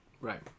Right